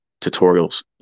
tutorials